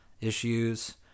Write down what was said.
issues